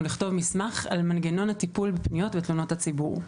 לכתוב מסמך על מנגנון הטיפול בפניות ותלונות הציבור.